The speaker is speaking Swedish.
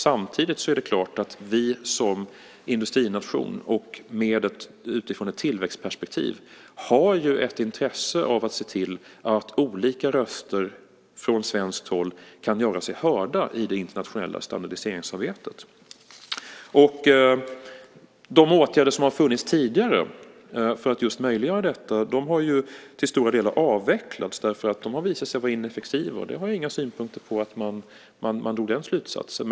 Samtidigt är det klart att vi som industrination och utifrån ett tillväxtperspektiv har ett intresse av att se till att olika röster från svenskt håll kan göra sig hörda i det internationella standardiseringsarbetet. Det som tidigare har funnits för att möjliggöra detta har till stora delar avvecklats eftersom det har visat sig vara ineffektivt. Och jag har inga synpunkter på att man drog den slutsatsen.